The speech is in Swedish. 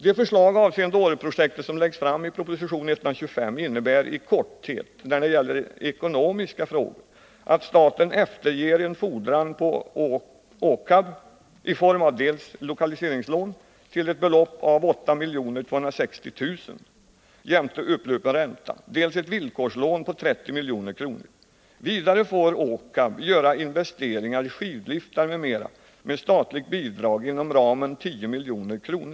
De förslag avseende Åreprojektet som läggs fram i proposition 125 innebär i korthet när det gäller ekonomiska frågor att staten efterger en fordran på ÅKAB i form av dels lokaliseringslån till ett belopp av 8 260 000 kr. jämte upplupen ränta, dels ett villkorslån på 30 milj.kr. Vidare får ÅKAB göra investeringar i skidliftar m.m. med statligt bidrag inom ramen 10 milj.kr.